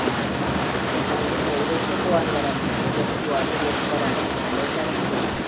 ആ അതെ അപ്പോൾ എന്തായാലും ഒരു ദിവസം പോവാനും വരാനും വേണം ഒരു ദിവസം പോവാനും ഒരു ദിവസം വരാനും വേണം രണ്ട് ദിവസം അവിടെ തന്നെ പോയില്ലേ